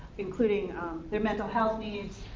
including their mental health needs,